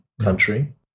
country